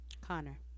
Connor